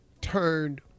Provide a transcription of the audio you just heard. turned